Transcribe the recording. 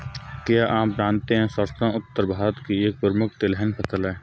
क्या आप जानते है सरसों उत्तर भारत की एक प्रमुख तिलहन फसल है?